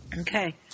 Okay